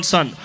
Son